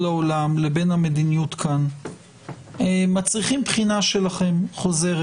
העולם לבין המדיניות כאן מצריכים בחינה חוזרת שלכם.